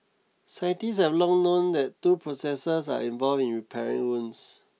scientists have long known that two processes are involved in repairing wounds